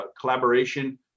collaboration